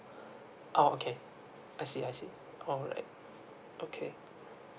oh okay I see I see all right okay